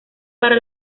para